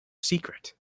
secret